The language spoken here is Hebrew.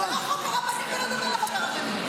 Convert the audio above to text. גם עוד שעה וחצי אתה תעמוד וטלי תצעק.